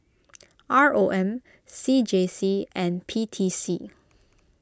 R O M C J C and P T C